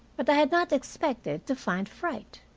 but i had not expected to find fright.